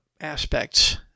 aspects